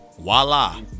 voila